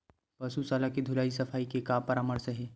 पशु शाला के धुलाई सफाई के का परामर्श हे?